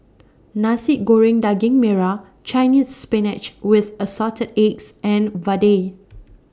Nasi Goreng Daging Merah Chinese Spinach with Assorted Eggs and Vadai